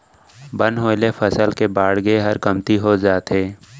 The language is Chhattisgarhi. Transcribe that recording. बन होय ले फसल के बाड़गे हर कमती हो जाथे